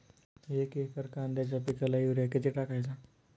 एक एकर कांद्याच्या पिकाला युरिया किती टाकायचा?